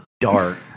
dark